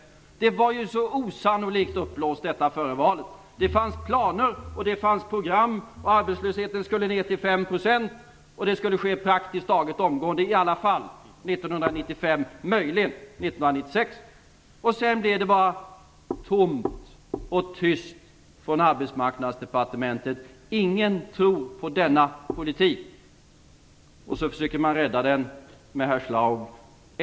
Före valet var ju detta så osannolikt uppblåst. Det fanns planer och program. Arbetslösheten skulle ned till 5 %. Och det skulle ske praktiskt taget omgående, i alla fall år 1995 - möjligen 1996. Därefter blev det bara tomt och tyst från Arbetsmarknadsdepartementet. Ingen tror på en sådan politik. Nu försöker regeringen rädda den med herr Schlaug.